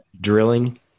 drilling